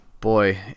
boy